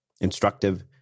instructive